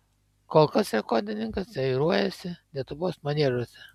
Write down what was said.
kol kas rekordininkas treniruojasi lietuvos maniežuose